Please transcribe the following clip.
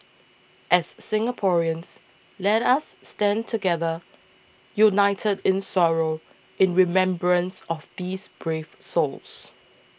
as Singaporeans let us stand together united in sorrow in remembrance of these brave souls